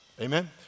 Amen